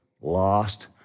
lost